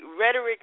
rhetoric